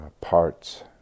parts